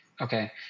Okay